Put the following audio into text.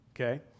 Okay